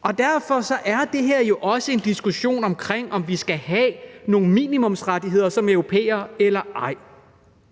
Og derfor er det her jo også en diskussion om, om vi skal have nogle minimumsrettigheder som europæere eller ej.